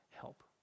help